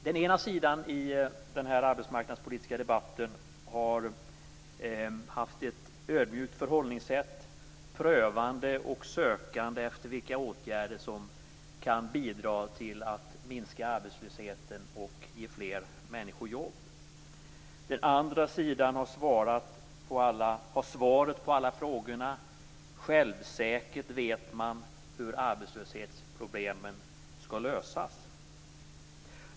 Den ena sidan i den här arbetsmarknadspolitiska debatten har haft ett ödmjukt förhållningssätt, prövande och sökande efter vilka åtgärder som kan bidra till att minska arbetslösheten och ge fler människor jobb. Den andra sidan har svaret på alla frågor. Självsäkert vet man hur arbetslöshetsproblemen skall lösas.